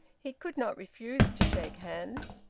he could not refuse to shake hands.